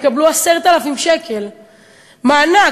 יקבלו 10,000 שקל מענק.